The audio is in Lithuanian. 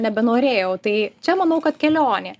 nebenorėjau tai čia manau kad kelionė